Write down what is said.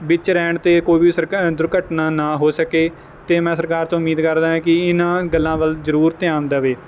ਵਿੱਚ ਰਹਿਣ ਅਤੇ ਕੋਈ ਵੀ ਸਰਕਾ ਦੁਰਘਟਨਾ ਨਾ ਹੋ ਸਕੇ ਅਤੇ ਮੈਂ ਸਰਕਾਰ ਤੋਂ ਉਮੀਦ ਕਰਦਾ ਹਾਂ ਕਿ ਇਹਨਾਂ ਗੱਲਾਂ ਵੱਲ ਜ਼ਰੂਰ ਧਿਆਨ ਦੇਵੇ